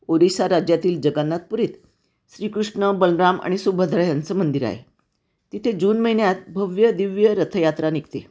ओडिसा राज्यातील जगन्नाथपुरीत श्रीकृष्ण बलराम आणि सुभद्रा यांचं मंदिर आहे तिथे जून महिन्यात भव्य दिव्य रथयात्रा निघते